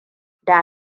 da